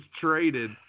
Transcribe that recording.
traded